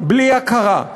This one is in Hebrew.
בלי הכרה.